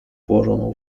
włożoną